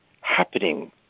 happening